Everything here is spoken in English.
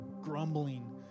grumbling